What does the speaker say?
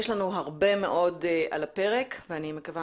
יש לנו הרבה מאוד על הפרק ואני מקווה